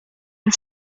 den